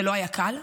זה לא היה קל,